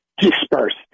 dispersed